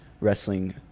Wrestling